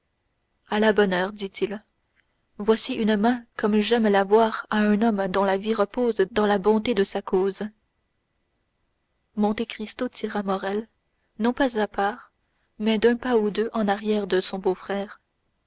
à la bonne heure dit-il voici une main comme j'aime la voir à un homme dont la vie repose dans la bonté de sa cause monte cristo tira morrel non pas à part mais d'un pas ou deux en arrière de son beau-frère